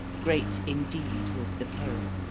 great indeed was the peril.